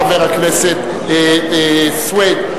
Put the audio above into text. חבר הכנסת סוייד.